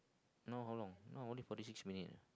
now how long now only forty six minute eh